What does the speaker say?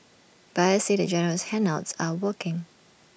buyers say the generous handouts are working